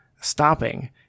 stopping